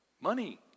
Money